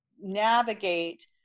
navigate